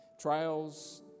Trials